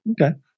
Okay